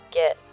get